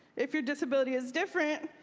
if your disability is different,